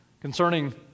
concerning